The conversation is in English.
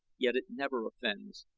yet it never offends.